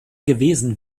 gewesen